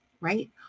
right